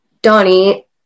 Donnie